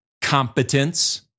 competence